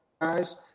guys